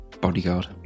bodyguard